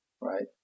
right